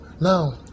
now